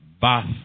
bath